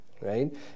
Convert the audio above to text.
right